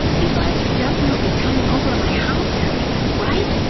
you guys are definitely coming over my house after this, right?